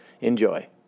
Enjoy